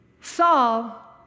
Saul